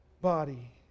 body